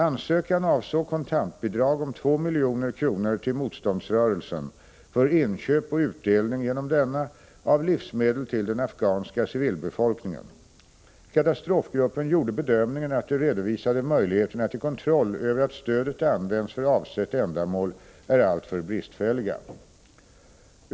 Ansökan avsåg kontantbidrag om 2 milj.kr. till motståndsrörelsen för inköp och utdelning genom denna av livsmedel till den afghanska civilbefolkningen. Katastrofgruppen gjorde bedömningen att de redovisade möjligheterna till kontroll över att stödet används för avsett ändamål är alltför bristfälliga.